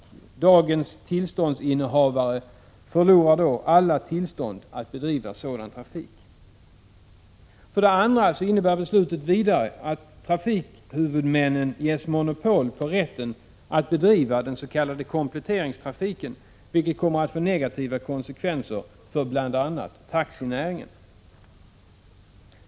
Dagens tillståndsinnehavare förlorar då alla tillstånd att bedriva sådan trafik. För det andra innebär beslutet att trafikhuvudmännen ges monopol på rätten att bedriva den s.k. kompletteringstrafiken, vilket kommer att få negativa konsekvenser för bl.a. taxinäringen.